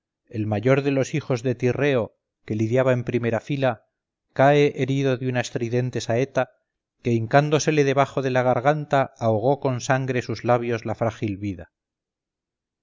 el mayor de los hijos de tirreo que lidiaba en primera fila cae herido de una estridente saeta que hincándosele debajo de la garganta ahogó con sangre sus labios la frágil vida